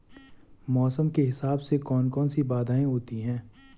मौसम के हिसाब से कौन कौन सी बाधाएं होती हैं?